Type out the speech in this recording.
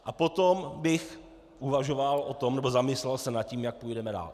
A potom bych uvažoval o tom nebo zamyslel se nad tím, jak půjdeme dál.